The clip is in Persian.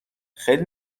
خیلی